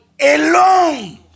alone